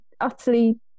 utterly